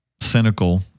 cynical